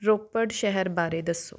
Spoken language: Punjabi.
ਰੋਪੜ ਸ਼ਹਿਰ ਬਾਰੇ ਦੱਸੋ